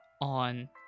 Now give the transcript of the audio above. on